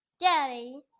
daddy